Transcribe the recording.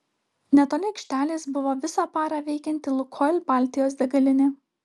netoli aikštelės buvo visą parą veikianti lukoil baltijos degalinė